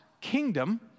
kingdom